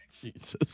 Jesus